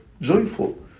joyful